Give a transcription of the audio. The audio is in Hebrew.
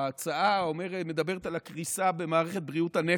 ההצעה מדברת על הקריסה במערכת בריאות הנפש,